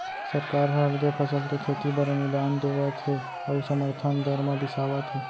सरकार ह अलगे फसल के खेती बर अनुदान देवत हे अउ समरथन दर म बिसावत हे